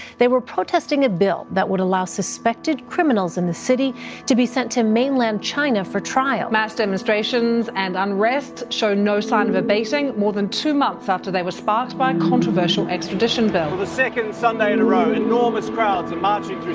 they were protesting a bill that would allow suspected criminals in the city to be sent to mainland china for trial mass demonstrations and unrest show no sign of abating more than two months after they were sparked by a controversial extradition bill for the second sunday in a row, enormous crowds are and marching through